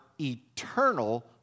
eternal